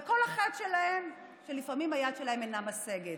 וכל החטא שלהם שלפעמים היד שלהם אינה משגת.